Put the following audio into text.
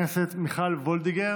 תודה לחברת הכנסת מיכל וולדיגר.